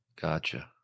Gotcha